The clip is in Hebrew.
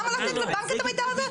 למה לתת לבנק את המידע הזה?